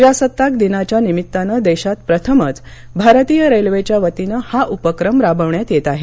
प्रजासत्ताक दिनाच्या निमित्तान देशात प्रथमच भारतीय रेल्वेच्या वतीन हा उपक्रम राबवण्यात येत आहे